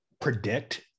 predict